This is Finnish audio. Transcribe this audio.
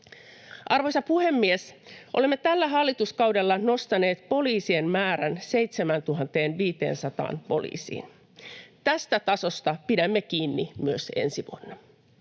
Arvoisa puhemies! Olemme tällä hallituskaudella nostaneet poliisien määrän 7 500 poliisiin. Tästä tasosta pidämme kiinni myös ensi vuonna.